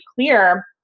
clear